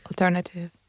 alternative